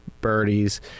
birdies